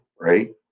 right